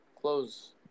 Close